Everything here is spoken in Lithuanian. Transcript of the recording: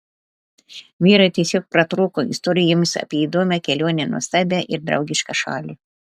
vyrai tiesiog pratrūko istorijomis apie įdomią kelionę nuostabią ir draugišką šalį